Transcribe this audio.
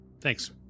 Thanks